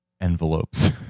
envelopes